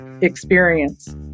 experience